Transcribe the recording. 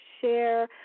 share